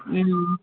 ம்